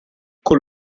con